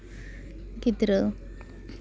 ᱜᱤᱫᱽᱨᱟᱹ